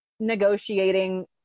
negotiating